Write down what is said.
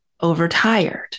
overtired